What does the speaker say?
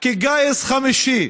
כגיס חמישי,